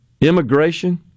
immigration